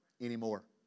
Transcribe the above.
anymore